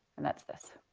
and that's this.